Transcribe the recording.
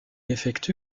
effectue